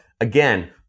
Again